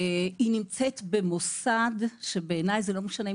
היא נמצאת במוסד שבעיני לא משנה אם